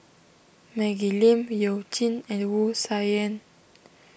Maggie Lim You Jin and Wu Tsai Yen